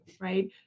right